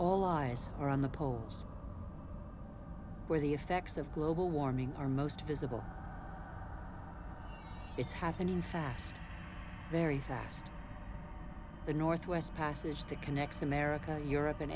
all eyes are on the poles where the effects of global warming are most visible it's happening fast very fast the northwest passage that connects america europe and